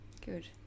good